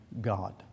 God